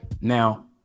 Now